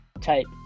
type